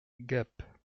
gap